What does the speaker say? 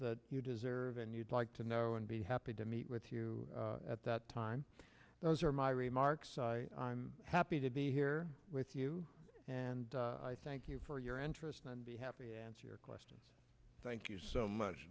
that you deserve and you'd like to know and be happy to meet with you at that time those are my remarks i'm happy to be here with you and i thank you for your interest and be happy to answer your question thank you so much